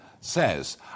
says